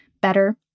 better